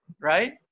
Right